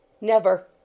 Never